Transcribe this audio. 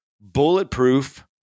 Bulletproof